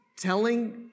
telling